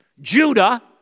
Judah